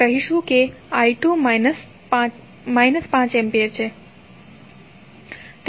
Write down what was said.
આપણે કહીશું કે i2 માઈનસ 5 એમ્પીયર છે